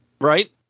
Right